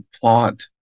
plot